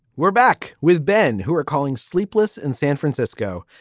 we're back with ben. who are calling sleepless in san francisco.